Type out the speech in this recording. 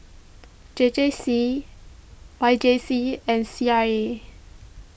J J C Y J C and C R A